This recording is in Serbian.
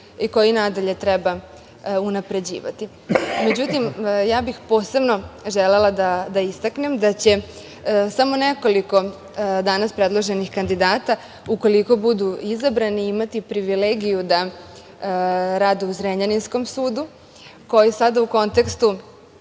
koji nadalje treba unapređivati.Međutim, posebno bih želela da istaknem da će samo nekoliko danas predloženih kandidata ukoliko budu izabrani imati privilegiju da rade u zrenjaninskom sudu koji sada, u kontekstu